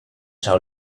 schau